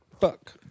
Fuck